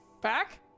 Back